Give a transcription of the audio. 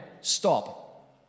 stop